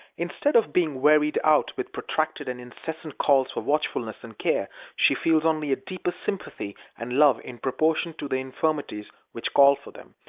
instead of being wearied out with protracted and incessant calls for watchfulness and care, she feels only a deeper sympathy and love, in proportion to the infirmities which call for them,